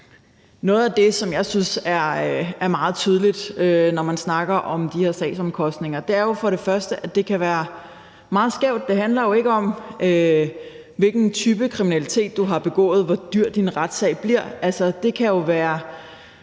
Noget af det, som jeg synes er meget tydeligt, når man snakker om de her sagsomkostninger, er først og fremmest, at det kan være mere skævt. Hvor dyr din retssag bliver, handler jo ikke om, hvilken type kriminalitet du har begået. Altså, en mordsag kan